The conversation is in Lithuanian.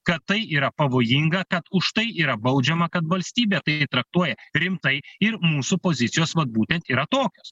kad tai yra pavojinga kad už tai yra baudžiama kad valstybė tai traktuoja rimtai ir mūsų pozicijos vat būtent yra tokios